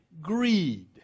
greed